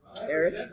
Eric